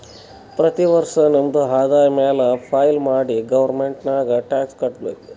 ಪ್ರತಿ ವರ್ಷ ನಮ್ದು ಆದಾಯ ಮ್ಯಾಲ ಫೈಲ್ ಮಾಡಿ ಗೌರ್ಮೆಂಟ್ಗ್ ಟ್ಯಾಕ್ಸ್ ಕಟ್ಬೇಕ್